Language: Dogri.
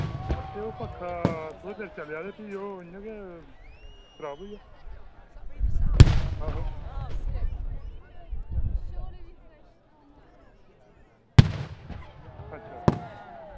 ते ओह् पक्खा थोह्ड़े चिर चलेआ ते फ्ही ओ इ'य्यां गै खराब होइया आहो अच्छा